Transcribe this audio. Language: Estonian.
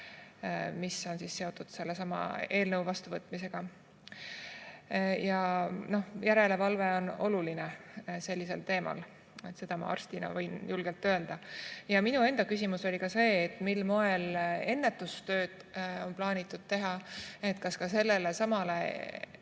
mis on seotud selle eelnõu vastuvõtmisega. Järelevalve on oluline sellise teema puhul. Seda ma arstina võin julgelt öelda. Minu enda küsimus oli, mil moel ennetustööd on plaanitud teha, kas sellesama